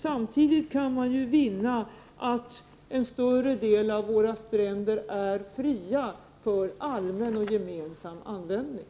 Samtidigt kan man ju vinna att en större del av våra stränder är fria för allmän och gemensam användning.